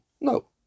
No